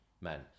men